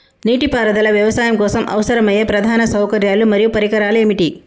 నీటిపారుదల వ్యవసాయం కోసం అవసరమయ్యే ప్రధాన సౌకర్యాలు మరియు పరికరాలు ఏమిటి?